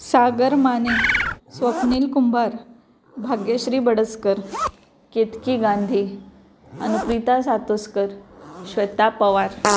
Sagar Mane Swapnil Kumbhar Bhagyashree Badaskar Ketaki Gandhi Anuprita Satoskar Shweta Pawar